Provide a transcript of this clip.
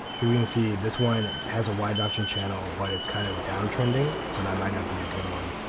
here we can see this one it has a wide donchian channel but it's kind of down trending so that might not be a good one.